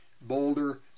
Boulder